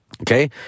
Okay